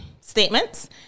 statements